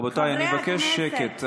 חברי הכנסת, רבותיי, אני מבקש שקט.